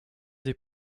des